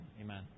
Amen